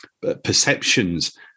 perceptions